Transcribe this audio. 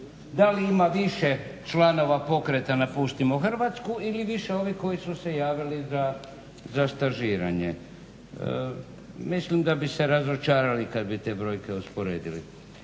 Da li ima više članova pokreta napustimo Hrvatsku ili više ovih koji su se javili za stažiranje. Mislim da bi se razočarali kad bi te brojke usporedili.